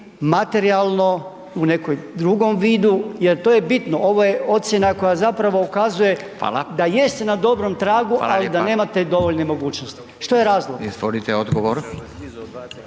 materijalno u nekom drugom vidu jer to je bitno? Ovo je ocjena koja zapravo ukazuje da jeste na dobro tragu, ali da nemate dovoljno mogućnosti. Što je razlog?